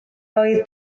oedd